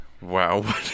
Wow